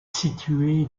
situé